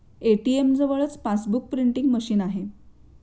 ATM जवळच passbook printing machine आहे